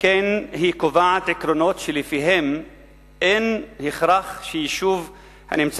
לפי ההחלטה, כ-40%